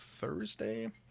Thursday